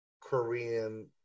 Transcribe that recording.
Korean